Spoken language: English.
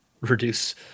reduce